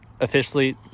officially